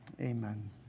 Amen